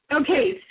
Okay